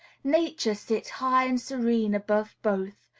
nature sits high and serene above both,